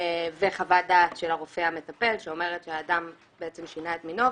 וחוות דעת של הרופא המטפל שאומרת שהאדם בעצם שינה את מינו,